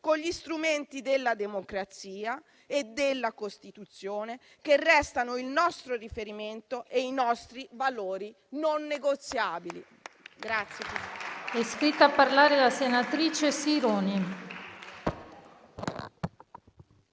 con gli strumenti della democrazia e della Costituzione, che restano il nostro riferimento e i nostri valori non negoziabili.